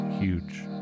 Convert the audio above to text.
Huge